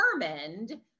determined